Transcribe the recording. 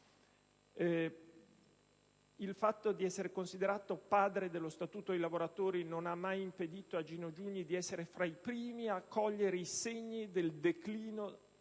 Il fatto di essere considerato il Padre dello Statuto dei lavoratori non ha mai impedito a Gino Giugni di essere fra i primi a cogliere i segni del declino